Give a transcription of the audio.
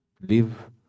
live